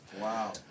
Wow